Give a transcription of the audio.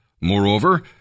Moreover